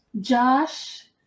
Josh